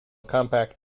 compact